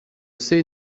sais